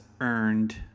earned